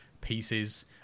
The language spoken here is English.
pieces